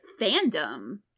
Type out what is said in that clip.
fandom